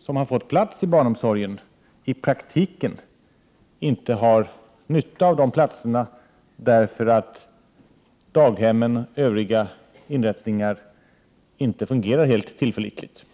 som fått plats för sina barn i barnomsorgen i praktiken inte har nytta av de platserna, därför att daghemmen och övriga inrättningar inte fungerar helt tillförlitligt.